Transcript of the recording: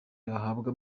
bahabwa